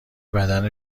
بدن